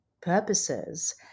purposes